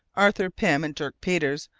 arthur pym, and dirk peters,